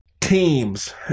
Teams